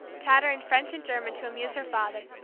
chattering french and german to amuse her father,